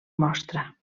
mostra